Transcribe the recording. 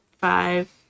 Five